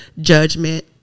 judgment